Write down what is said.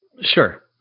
Sure